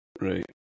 right